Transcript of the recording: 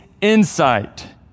insight